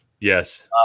Yes